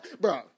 Bro